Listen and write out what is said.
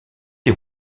des